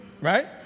right